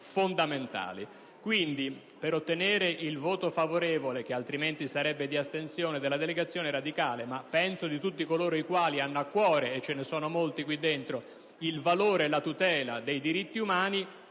fondamentali. Quindi, per ottenere il voto favorevole che altrimenti sarebbe di astensione della delegazione radicale, ma penso di tutti coloro i quali hanno a cuore - e ce ne sono molti qui dentro - il valore e la tutela dei diritti umani,